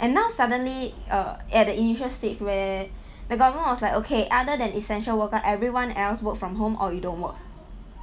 and now suddenly err at an initial stage where the government was like okay other than essential worker everyone else work from home or you don't work